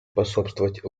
способствовать